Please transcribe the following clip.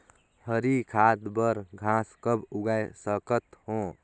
हरी खाद बर घास कब उगाय सकत हो?